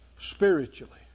spiritually